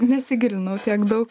nesigilinau tiek daug